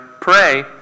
pray